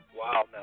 Wow